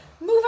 Move